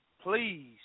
please